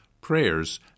prayers